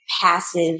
passive